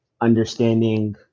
understanding